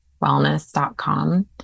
wellness.com